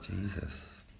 Jesus